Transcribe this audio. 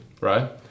right